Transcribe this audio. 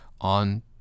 on